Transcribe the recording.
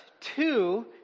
two